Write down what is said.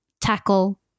tackle